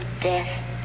death